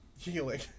healing